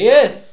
Yes